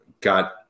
got